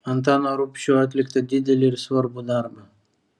antano rubšio atliktą didelį ir svarbų darbą